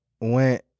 went